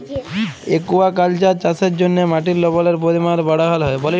aquaculture চাষের জ্যনহে মাটির লবলের পরিমাল বাড়হাল হ্যয়